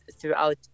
throughout